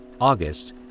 August